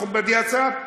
אדוני השר?